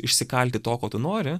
išsikalti to ko tu nori